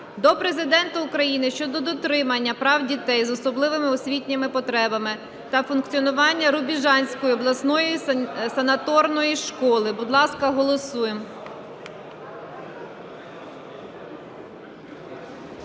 до Президента України щодо дотримання прав дітей з особливими освітніми потребами та функціонування Рубіжанської обласної санаторної школи. Будь ласка, голосуємо.